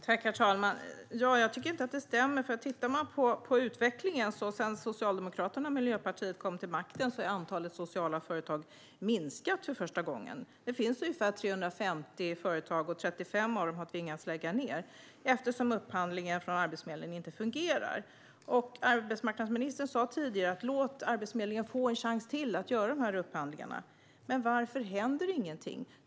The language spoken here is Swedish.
Herr talman! Jag tycker inte att det stämmer. Sedan Socialdemokraterna och Miljöpartiet kom till makten har utvecklingen varit sådan att antalet sociala företag för första gången har minskat. Det finns ungefär 350 företag, och 35 av dem har tvingats att lägga ned eftersom upphandlingen från Arbetsförmedlingen inte fungerar. Arbetsmarknadsministern uppmanade tidigare till att låta Arbetsförmedlingen få en chans till att göra dessa upphandlingar. Men varför händer ingenting?